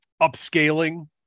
upscaling